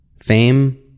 fame